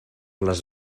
les